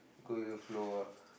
go with the flow ah